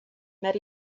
met